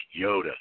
Yoda